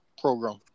program